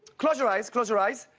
close your eyes, close your eyes,